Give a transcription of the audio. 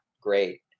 great